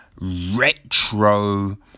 retro